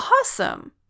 awesome